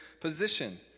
position